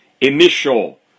initial